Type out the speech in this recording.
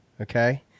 Okay